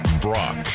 Brock